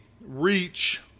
REACH